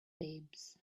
babes